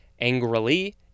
Angrily